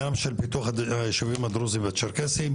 אמר שכשאתה הולך לשנות גבולות לאנשים שמשתמשים בשטח אתה צריך להזמין אותם